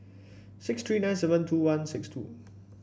six three nine seven two one six two